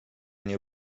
nie